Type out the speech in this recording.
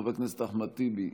חבר הכנסת אחמד טיבי,